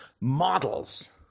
models